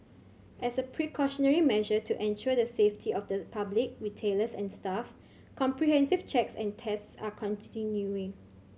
as a precautionary measure to ensure the safety of the public retailers and staff comprehensive checks and tests are continuing